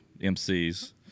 MCs